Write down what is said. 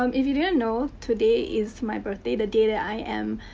um if you didn't know today is my birthday the day that i am.